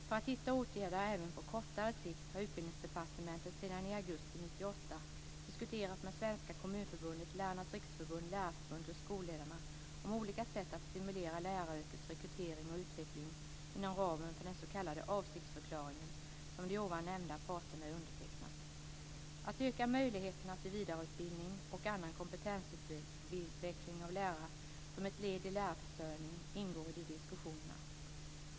För att hitta åtgärder även på kortare sikt har Utbildningsdepartementet sedan i augusti 1998 diskuterat med Svenska Kommunförbundet, Lärarnas Riksförbund, Lärarförbundet och Skolledarna om olika sätt att stimulera läraryrkets rekrytering och utveckling inom ramen för den s.k. avsiktsförklaringen, som nämnda parter undertecknat. Att öka möjligheterna till vidareutbildning och annan kompetensutveckling av lärare som ett led i lärarförsörjningen ingår i de diskussionerna.